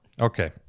Okay